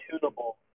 tunable